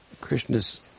Krishna's